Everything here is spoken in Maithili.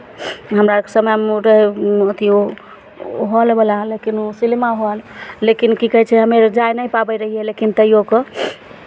हमरा आरके समयमे रहय अथि ओ हॉलवला लेकिन सिनेमा हॉल लेकिन की कहै छै हमे जाय नहि पाबैत रहियै लेकिन तैओ कऽ